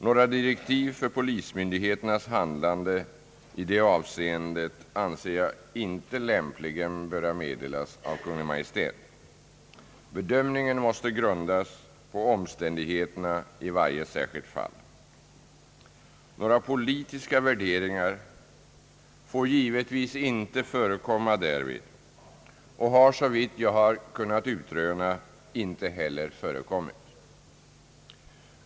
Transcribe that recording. Några direktiv för polismyndigheternas handlande i detta avseende anser jag lämpligen inte böra meddelas av Kungl. Maj:t. Bedömning en måste grundas på omständigheterna i varje särskilt fall. Några politiska värderingar får givetvis inte förekomma därvid och har såvitt jag har kunnat utröna inte heller förekommit.